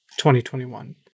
2021